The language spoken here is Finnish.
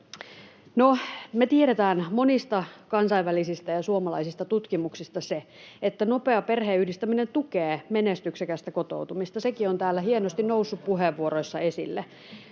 me tiedetään monista kansainvälisistä ja suomalaisista tutkimuksista se, että nopea perheenyhdistäminen tukee menestyksekästä kotoutumista. Sekin on täällä hienosti noussut puheenvuoroissa esille.